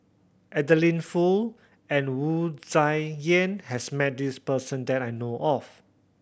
Adeline Foo and Wu Tsai Yen has met this person that I know of